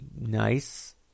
nice